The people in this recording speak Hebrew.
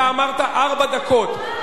אתה אמרת ארבע דקות.